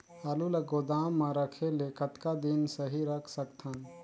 आलू ल गोदाम म रखे ले कतका दिन सही रख सकथन?